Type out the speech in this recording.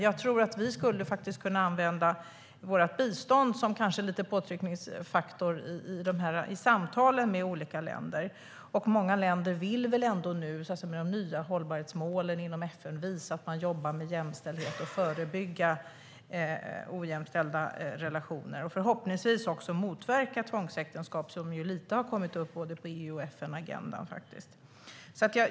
Jag tror att vi skulle kunna använda vårt bistånd som påtryckningsfaktor i samtalen med olika länder. Många länder vill väl nu, med de nya hållbarhetsmålen inom FN, visa att man jobbar med jämställdhet och att förebygga ojämställda relationer. Förhoppningsvis innebär det att man också vill motverka tvångsäktenskap, som ju i någon mån har kommit upp på både EU:s och FN:s agenda.